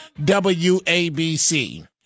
WABC